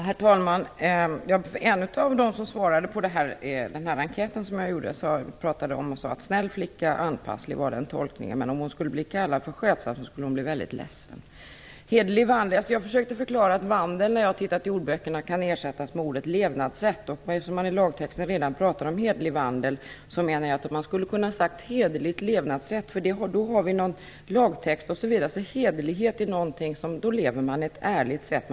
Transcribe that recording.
Herr talman! En av dem som svarade på den enkät som jag gjorde och som jag har pratat om sade att snäll flicka och anpasslig var hennes tolkning, men om hon skulle bli kallad för skötsam skulle hon bli mycket ledsen. Jag försökte förklara att när jag tittat i ordböckerna har jag upptäckt att ordet vandel kan ersättas med ordet levnadssätt. Eftersom man i lagtexten redan pratar om hederlig vandel menar jag att man skulle ha kunnat säga hederligt levnadssätt, för det anknyter till lagtexten. Hederlighet betyder att man lever på ett ärligt sätt.